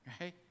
right